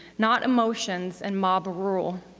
not emotions and mob rule.